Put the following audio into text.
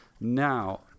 Now